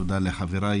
תודה לחבריי,